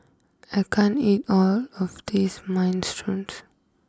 I can't eat all of this Minestrone